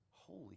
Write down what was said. Holy